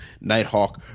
Nighthawk